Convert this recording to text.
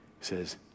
says